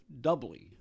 doubly